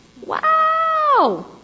Wow